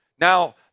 Now